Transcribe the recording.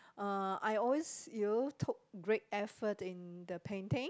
uh I always will took great effort in the painting